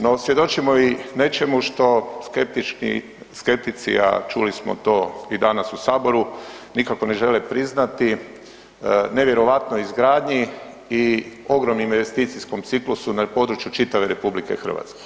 No svjedočimo i nečemu što skeptici, a čuli smo to i danas u saboru, nikako ne žele priznati, nevjerojatnoj izgradnji i ogromnom investicijskom ciklusu na području čitave RH.